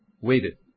waited